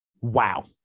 wow